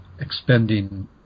expending